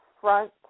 front